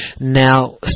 now